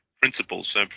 principles